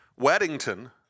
Weddington –